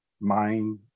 mind